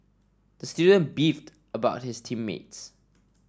the student beefed about his team mates